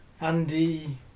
Andy